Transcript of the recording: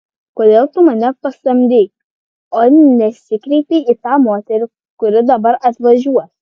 kodėl tu mane pasamdei o nesikreipei į tą moterį kuri dabar atvažiuos